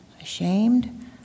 ashamed